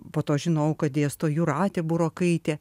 po to žinojau kad dėsto jūratė burokaitė